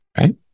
Right